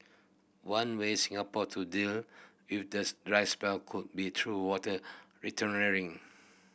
one way Singapore to deal with this dry spell could be through water